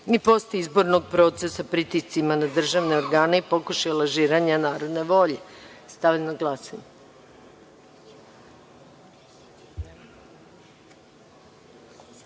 i postizbornog procesa, pritiscima na državne organe i pokušaja lažiranja narodne volje. Stavljam